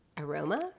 aroma